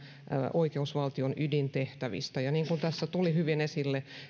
oikeusvaltion ydintehtävistä niin kuin tässä tuli hyvin esille